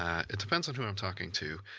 ah it depends on who i'm talking to.